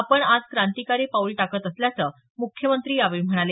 आपण आज क्रांतिकारी पाऊल टाकत असल्याचं मुख्यमंत्री यावेळी म्हणाले